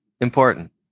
important